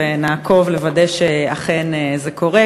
ונעקוב לוודא שאכן זה קורה,